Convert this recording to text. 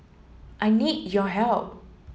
I need your help